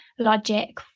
Logic